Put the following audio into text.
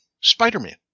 Spider-Man